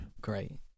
Great